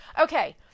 Okay